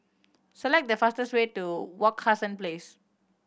select the fastest way to Wak Hassan Place